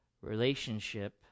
relationship